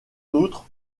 outre